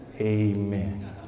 Amen